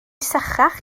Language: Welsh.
sychach